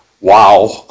Wow